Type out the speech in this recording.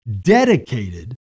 dedicated